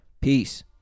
Peace